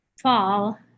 fall